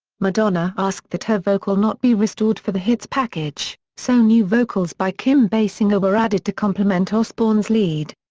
madonna asked that her vocal not be restored for the hits package, so new vocals by kim basinger were added to complement osbourne's lead.